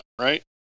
right